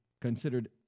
considered